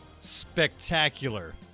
spectacular